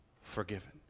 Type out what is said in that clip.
forgiven